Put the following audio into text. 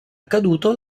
accaduto